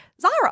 Zara